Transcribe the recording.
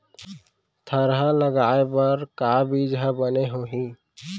थरहा लगाए बर का बीज हा बने होही?